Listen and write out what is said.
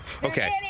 Okay